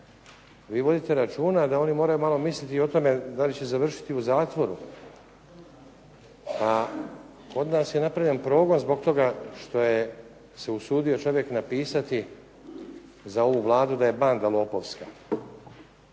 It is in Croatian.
Vi vodite računa da oni moraju malo mislit i o tome da li će završit u zatvoru, a kod nas je napravljen progon zbog toga što se usudio čovjek napisati za ovu Vladu da je banda lopovska